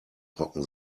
trocken